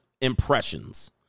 impressions